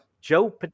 Joe